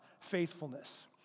faithfulness